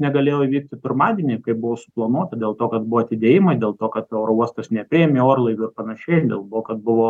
negalėjo įvykti pirmadienį kaip buvo suplanuota dėl to kad buvo atidėjimai dėl to kad oro uostas nepriėmė orlaivių ir panašiai dėl buvo kad buvo